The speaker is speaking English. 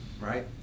right